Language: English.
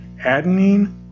adenine